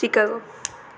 Chicago